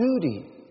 duty